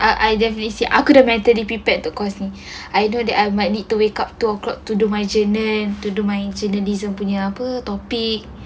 I I definitely say I could've mentally prepared to costly either that I might need to wake up two o'clock to do my journal to do my journalism punya apa topic